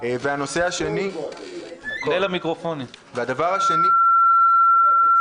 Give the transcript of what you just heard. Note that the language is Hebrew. הנושא השני הוא סגירת המוסד ל-72 שעות.